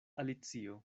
alicio